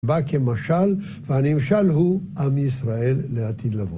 בא כמשל, והנמשל הוא, עם ישראל לעתיד לבוא.